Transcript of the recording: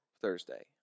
Thursday